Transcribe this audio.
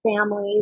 families